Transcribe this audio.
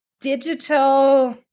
digital